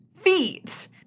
feet